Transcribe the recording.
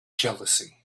jealousy